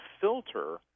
filter